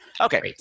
Okay